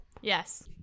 Yes